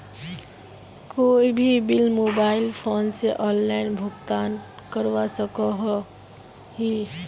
कोई भी bill mobile phone से ऑनलाइन भुगतान करवा सकोहो ही?